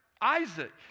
Isaac